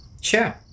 Sure